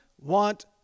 want